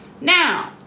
Now